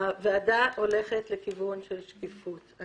הועדה הולכת לכיוון של שקיפות,